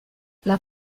las